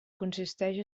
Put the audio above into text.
consisteix